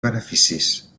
beneficis